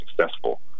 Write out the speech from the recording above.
successful